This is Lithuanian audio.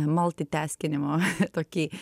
multitaskinimo tokį